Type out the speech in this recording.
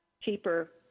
cheaper